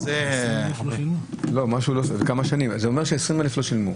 אומר ש-20,000 לא שילמו.